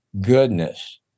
goodness